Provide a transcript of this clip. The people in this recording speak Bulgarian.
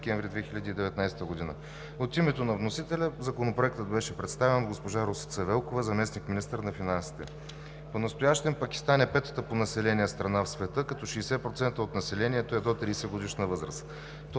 декември 2019 г. От името на вносителя Законопроектът беше представен от госпожа Росица Велкова – заместник-министър на финансите. Понастоящем Пакистан е петата по население страна в света, като 60% от населението е до 30-годишна възраст.